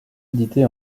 édité